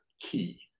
key